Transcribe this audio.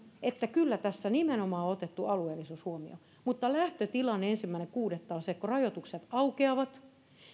että tässä esityksessähän nimenomaan on otettu alueellisuus huomioon mutta lähtötilanne ensimmäinen kuudetta on se että kun rajoitukset aukeavat